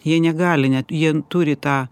jie negali net jie turi tą